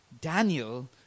Daniel